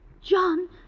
John